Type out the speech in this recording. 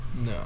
No